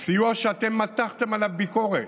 סיוע שאתם מתחתם עליו ביקורת.